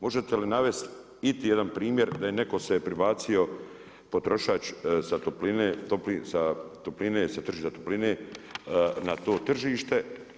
Možete li navesti iti jedan primjer da je netko se prebacio potrošač sa topline, sa tržišta topline na to tržište?